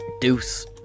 deuce